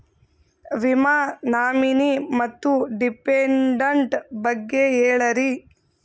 ವಿಮಾ ನಾಮಿನಿ ಮತ್ತು ಡಿಪೆಂಡಂಟ ಬಗ್ಗೆ ಹೇಳರಿ?